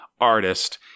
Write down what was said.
artist